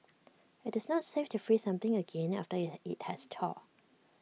IT is not safe to freeze something again after IT it has thawed